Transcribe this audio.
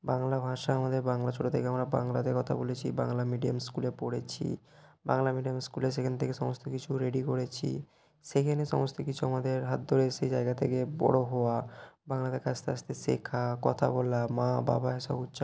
বাংলা ভাষা আমাদের বাংলা ছোটো থেকে আমরা বাংলাতে কথা বলেছি বাংলা মিডিয়াম স্কুলে পড়েছি বাংলা মিডিয়াম স্কুলে সেখান থেকে সমস্ত কিছু রেডি করেছি সেখানে সমস্ত কিছু আমাদের হাত ধরে সেই জায়গা থেকে বড়ো হওয়া বাংলাটা আস্তে আস্তে শেখা কথা বলা মা বাবা এসব উচ্চারণ